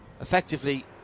effectively